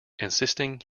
insisting